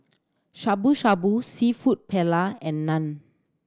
Shabu Shabu Seafood Paella and Naan